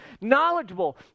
knowledgeable